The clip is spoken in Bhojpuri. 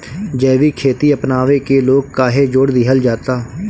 जैविक खेती अपनावे के लोग काहे जोड़ दिहल जाता?